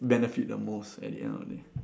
benefit the most at the end of the day